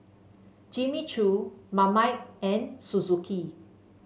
Jimmy Choo Marmite and Suzuki